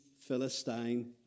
Philistine